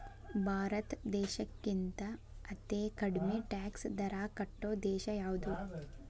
ಭಾರತ್ ದೇಶಕ್ಕಿಂತಾ ಅತೇ ಕಡ್ಮಿ ಟ್ಯಾಕ್ಸ್ ದರಾ ಕಟ್ಟೊ ದೇಶಾ ಯಾವ್ದು?